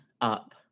up